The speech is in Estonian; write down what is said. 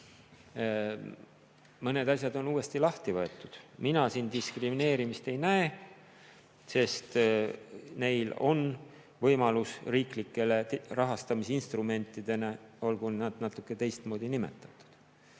Mõned asjad on uuesti lahti võetud. Mina siin diskrimineerimist ei näe, sest neil on õigus riiklikele rahastamisinstrumentidele, olgu need pealegi natuke teistmoodi nimetatud.